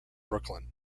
brooklyn